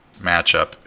matchup